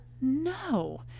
No